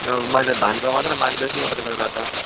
अब मैले धानको मात्रै माग्दैछु अरू बेला त